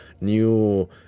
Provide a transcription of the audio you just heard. new